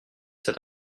cet